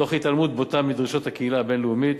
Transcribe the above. תוך התעלמות בוטה מדרישות הקהילה הבין-לאומית.